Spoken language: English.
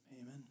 Amen